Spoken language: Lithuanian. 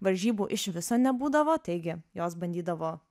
varžybų iš viso nebūdavo taigi jos bandydavo